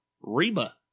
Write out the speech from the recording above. Reba